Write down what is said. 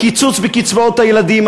קיצוץ בקצבאות הילדים,